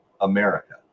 America